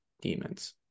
demons